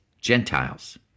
Gentiles